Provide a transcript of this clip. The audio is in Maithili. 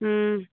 हूँ